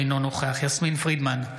אינו נוכח יסמין פרידמן,